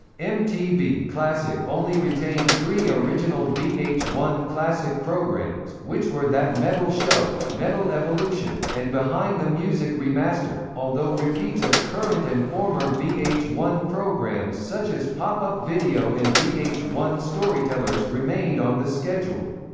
mtv classic only retained three original v h one classic programs, which were that metal show, metal evolution, and behind the music remastered, although repeats of current and former v h one programs such as pop-up video and v h one storytellers remained on the schedule.